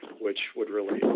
which would really